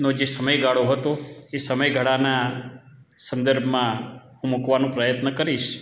નો જે સમયગાળો હતો એ સમયગાળાના સંદર્ભમાં હું મૂકવાનું પ્રયત્ન કરીશ